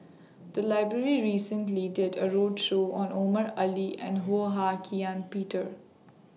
The Library recently did A roadshow on Omar Ali and Ho Hak Ean Peter